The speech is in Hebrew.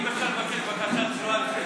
אם אפשר לבקש בקשה צנועה לפני שהוא מתחיל.